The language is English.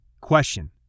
Question